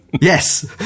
yes